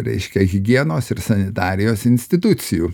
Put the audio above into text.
reiškia higienos ir sanitarijos institucijų